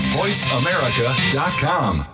voiceamerica.com